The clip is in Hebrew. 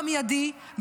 במיידי,